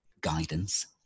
guidance